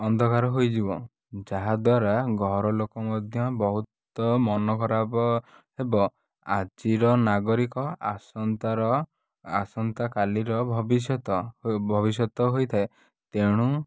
ଅନ୍ଧକାର ହେଇଯିବ ଯାହାଦ୍ଵାରା ଘରଲୋକ ମଧ୍ୟ ବହୁତ ମନ ଖରାପ ହେବ ଆଜିର ନାଗରିକ ଆସନ୍ତାର ଆସନ୍ତାକାଲିର ଭବିଷ୍ୟତ ଭବିଷ୍ୟତ ହୋଇଥାଏ ତେଣୁ